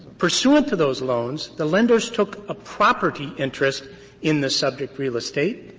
pursuant to those loans, the lenders took a property interest in the subject real estate,